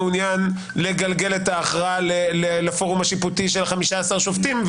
מעוניין לגלגל את ההכרעה לפורום השיפוטי של 15 שופטים,